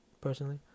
personally